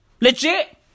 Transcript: Legit